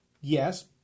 Yes